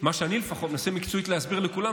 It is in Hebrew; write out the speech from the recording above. מה שאני מנסה מקצועית להסביר לכולם,